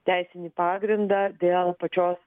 teisinį pagrindą dėl pačios